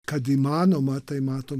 kad įmanoma tai matom